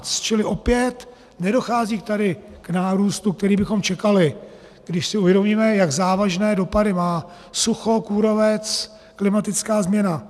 Čili opět nedochází tady k nárůstu, který bychom čekali, když si uvědomíme, jak závažné dopady má sucho, kůrovec, klimatická změna.